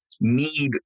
need